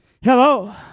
Hello